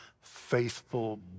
faithful